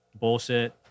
bullshit